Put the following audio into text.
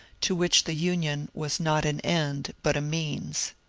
to which the union was not an end but a means.